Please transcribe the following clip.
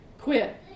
quit